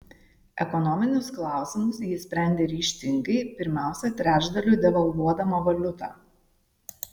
ekonominius klausimus ji sprendė ryžtingai pirmiausia trečdaliu devalvuodama valiutą